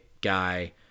guy